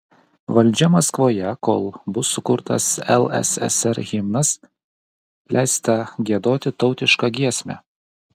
valdžia maskvoje kol bus sukurtas lssr himnas leista giedoti tautišką giesmę